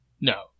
No